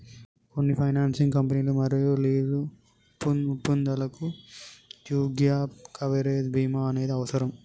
కొన్ని ఫైనాన్సింగ్ కంపెనీలు మరియు లీజు ఒప్పందాలకు యీ గ్యేప్ కవరేజ్ బీమా అనేది అవసరం